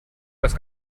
das